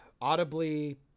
audibly